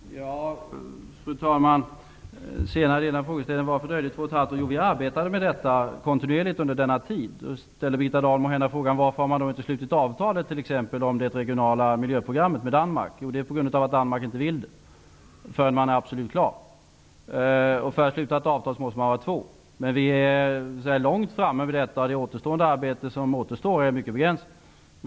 Fru talman! Birgitta Dahl frågade i den senare delen av sin frågeställning: Varför dröjde det 2,5 år? Jo, vi arbetade med detta kontinuerligt under den tiden. Om Birgitta Dahl frågar varför man inte har slutit avtal med Danmark t.ex. om det regionala miljöprogrammet, kan jag säga: På grund av att Danmark inte vill göra det förrän man är absolut klar. För att ett avtal skall kunna slutas måste man ju vara två. Men vi är långt framme. Det arbete som återstår är mycket begränsat.